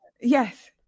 Yes